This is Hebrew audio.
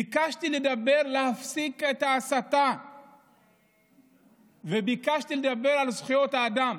ביקשתי להפסיק את ההסתה וביקשתי לדבר על זכויות האדם,